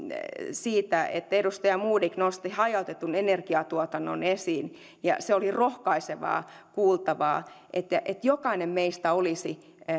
siitä että edustaja modig nosti hajautetun energiantuotannon esiin se oli rohkaisevaa kuultavaa että jokainen meistä olisi